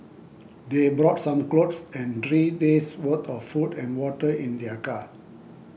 they brought some clothes and three days worth of food and water in their car